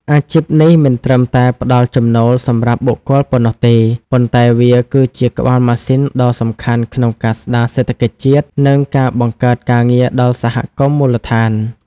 អាជីពនេះមិនត្រឹមតែផ្ដល់ចំណូលសម្រាប់បុគ្គលប៉ុណ្ណោះទេ ប៉ុន្តែវាគឺជាក្បាលម៉ាស៊ីនដ៏សំខាន់ក្នុងការស្ដារសេដ្ឋកិច្ចជាតិ និងការបង្កើតការងារដល់សហគមន៍មូលដ្ឋាន។